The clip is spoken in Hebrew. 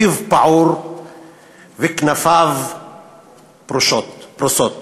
פיו פעור וכנפיו פרוסות.